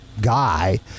guy